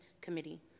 Committee